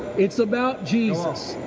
it's about jesus.